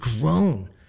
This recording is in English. grown